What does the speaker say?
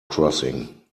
crossing